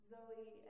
Zoe